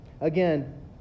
again